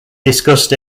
discussed